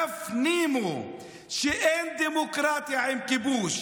תפנימו שאין דמוקרטיה עם כיבוש.